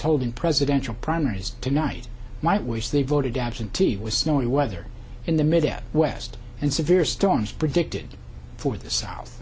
holding presidential primaries tonight might wish they voted absentee was snowy weather in the mid west and severe storms predicted for the south